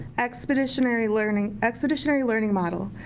expeditionary learning expeditionary learning model,